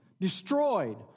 destroyed